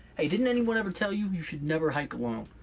hey, didn't anyone ever tell you you should never hike alone.